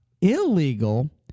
illegal